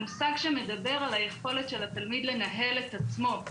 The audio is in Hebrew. המושג שמדבר על היכולת של התלמיד לנהל את עצמו.